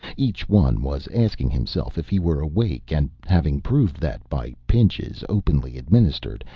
each one was asking himself if he were awake, and having proved that by pinches, openly administered,